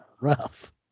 rough